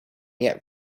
yet